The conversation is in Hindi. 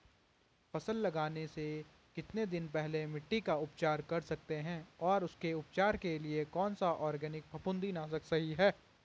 फसल लगाने से कितने दिन पहले मिट्टी का उपचार कर सकते हैं और उसके उपचार के लिए कौन सा ऑर्गैनिक फफूंदी नाशक सही है?